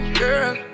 girl